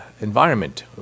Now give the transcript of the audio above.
environment